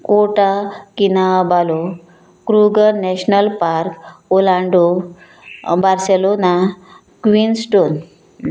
quota Kinabalu Kruger National Park Orlando Barcelona Queenstown